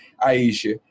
Aisha